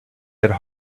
had